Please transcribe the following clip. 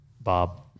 Bob